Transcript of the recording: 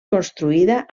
construïda